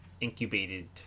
incubated